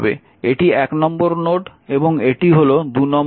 এটি 1 নম্বর নোড এবং এটি হল 2 নম্বর নোড